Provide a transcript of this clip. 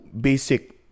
basic